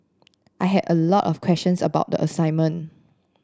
I had a lot of questions about the assignment